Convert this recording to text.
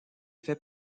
fait